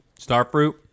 Starfruit